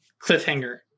cliffhanger